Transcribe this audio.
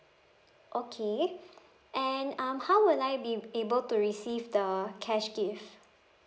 okay and um how will I be be able to receive the cash gift